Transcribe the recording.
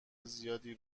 زیادی